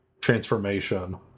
transformation